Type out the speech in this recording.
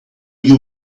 you